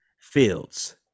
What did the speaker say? fields